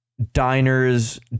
diners